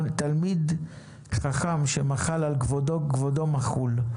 תלמיד חכם שמחל על כבודו כבודו מחול.